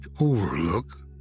overlook